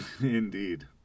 Indeed